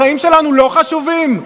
החיים שלנו לא חשובים?